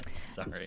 Sorry